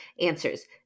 answers